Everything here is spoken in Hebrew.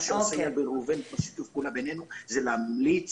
מה שעושה איל בן ראובן בשיתוף הפעולה בינינו זה להמליץ,